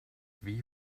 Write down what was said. wie